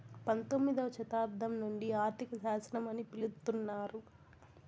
పంతొమ్మిదవ శతాబ్దం నుండి ఆర్థిక శాస్త్రం అని పిలుత్తున్నారు